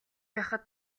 байхад